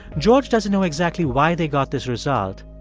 george doesn't know exactly why they got this result,